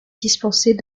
dispenser